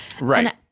Right